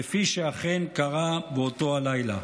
כפי שאכן קרה באותו הלילה.